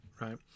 right